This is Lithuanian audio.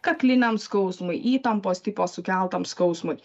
kakliniam skausmui įtampos tipo sukeltam skausmui